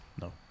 No